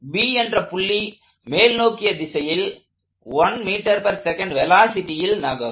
B என்ற புள்ளி மேல் நோக்கிய திசையில் 1 ms வெலாசிட்டியில் நகரும்